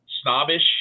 snobbish